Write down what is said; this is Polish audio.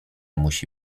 musi